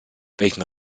welchen